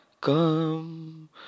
COME